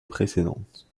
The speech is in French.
précédentes